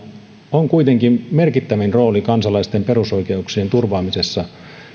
on kuitenkin merkittävin rooli kansalaisten perusoikeuksien turvaamisessa